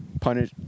punish